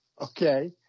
Okay